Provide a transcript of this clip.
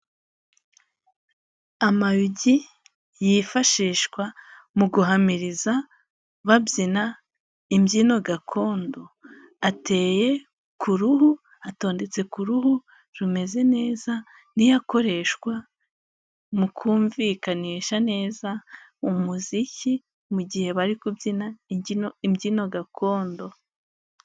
Amayogi yifashishwa mu guhamiriza babyina imbyino gakondo ateye ku ruhu, atondetse ku ruhu rumeze neza niyo akoreshwa mu kumvikanisha neza umuziki mu gihe bari kubyina imbyino gakondo.